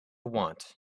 want